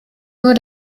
nur